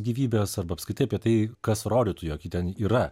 gyvybės arba apskritai apie tai kas rodytų jog ji ten yra